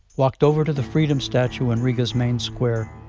walked over to the freedom statue in riga's main square,